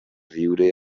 viure